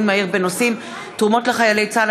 מהיר בנושאים: תרומות לחיילי צה"ל,